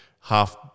half